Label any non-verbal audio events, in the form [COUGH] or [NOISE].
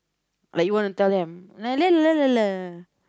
like you want to tell them [NOISE]